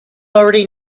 already